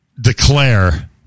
declare